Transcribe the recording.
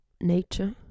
nature